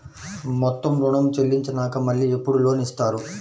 మొత్తం ఋణం చెల్లించినాక మళ్ళీ ఎప్పుడు లోన్ ఇస్తారు?